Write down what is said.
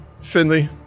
Finley